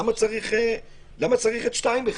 למה צריך את 2 בכלל?